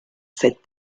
cette